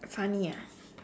funny ah